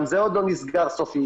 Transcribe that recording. גם זה עוד לא נסגר סופית.